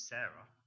Sarah